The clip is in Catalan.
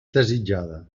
desitjada